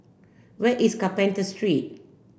where is Carpenter Street